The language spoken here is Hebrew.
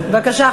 בבקשה,